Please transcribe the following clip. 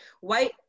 white